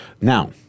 Now